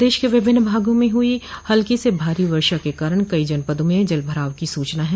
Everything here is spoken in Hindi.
प्रदेश के विभिन्न भागों में हुई हल्की से भारी वर्षा के कारण कई जनपदों में जलभराव की सूचना है